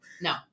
No